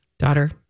Daughter